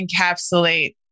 encapsulate